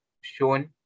shown